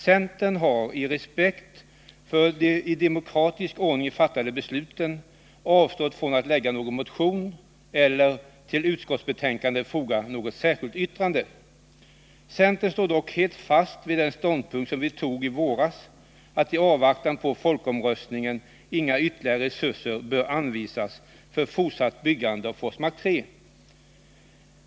Centern har, med respekt för de i demokratisk ordning fattade besluten, avstått från att väcka en motion eller att till utskottsbetänkandet foga något särskilt yttrande. Centern står helt fast vid den ståndpunkt som togs i våras, att i avvaktan på folkomröstningen inga ytterligare resurser bör anvisas för fortsatt byggande av Forsmark 3.